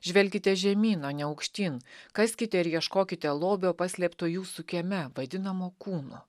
žvelkite žemyn o ne aukštyn kaskite ir ieškokite lobio paslėpto jūsų kieme vaidinamo kūno